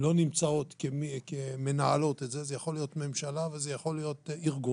לא נמצאות כמנהלות את זה זה יכול להיות ממשלה וזה יכול להיות ארגון,